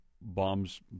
bombs